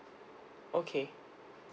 okay